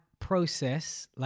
process